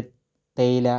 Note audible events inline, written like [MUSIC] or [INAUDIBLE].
[UNINTELLIGIBLE] തേയില